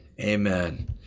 Amen